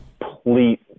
complete